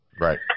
Right